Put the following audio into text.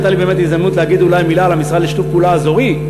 זה נתן לי באמת הזדמנות להגיד אולי מילה על המשרד לשיתוף פעולה אזורי,